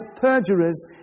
perjurers